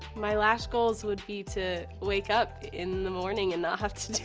my lash goals would be to wake up in the morning and not have to to